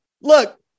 look